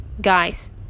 guys